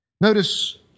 Notice